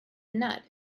nut